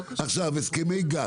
לא קשור --- חבר'ה, להתאפק.